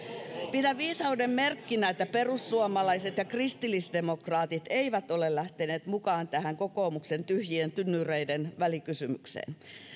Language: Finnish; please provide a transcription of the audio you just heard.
pidän viisauden merkkinä että perussuomalaiset ja kristillisdemokraatit eivät ole lähteneet mukaan tähän kokoomuksen tyhjien tynnyreiden välikysymykseen